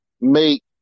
make